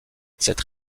cette